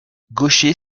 gaucher